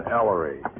Ellery